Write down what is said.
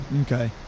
Okay